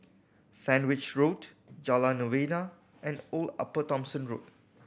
Sandwich Road Jalan Novena and Old Upper Thomson Road